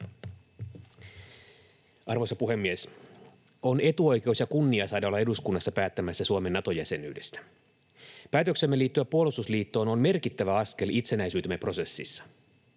Arvoisa puhemies! On etuoikeus ja kunnia saada olla eduskunnassa päättämässä Suomen Nato-jäsenyydestä. Päätöksemme liittyä puolustusliittoon on merkittävä askel itsenäisyytemme prosessissa.